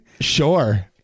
sure